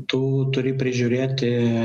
tu turi prižiūrėti